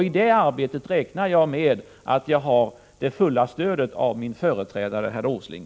I det arbetet räknar jag med det fulla stödet av min företrädare herr Åsling.